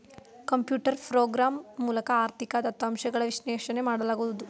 computer program ಮೂಲಕ ಆರ್ಥಿಕ ದತ್ತಾಂಶಗಳ ವಿಶ್ಲೇಷಣೆ ಮಾಡಲಾಗುವುದು